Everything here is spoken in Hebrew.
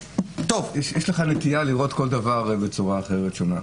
יש לך נטייה לראות כל דבר בצורה אחרת ושונה.